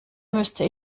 müsste